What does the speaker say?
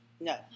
No